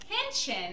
attention